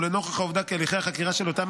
ולנוכח העובדה כי הליכי החקירה של אותם